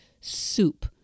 soup